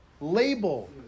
label